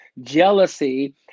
jealousy